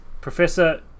Professor